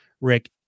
Rick